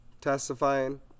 testifying